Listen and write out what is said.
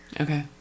Okay